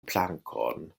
plankon